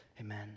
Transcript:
Amen